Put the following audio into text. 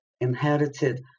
inherited